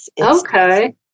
Okay